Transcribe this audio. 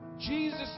Jesus